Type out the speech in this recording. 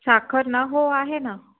साखर ना हो आहे ना